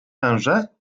wężę